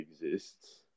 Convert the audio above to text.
exists